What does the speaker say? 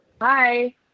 hi